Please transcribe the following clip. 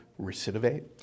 recidivate